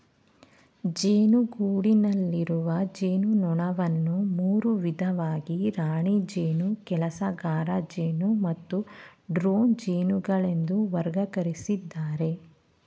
ಜೇನುಗೂಡಿನಲ್ಲಿರುವ ಜೇನುನೊಣವನ್ನು ಮೂರು ವಿಧವಾಗಿ ರಾಣಿ ಜೇನು ಕೆಲಸಗಾರಜೇನು ಮತ್ತು ಡ್ರೋನ್ ಜೇನುಗಳೆಂದು ವರ್ಗಕರಿಸಿದ್ದಾರೆ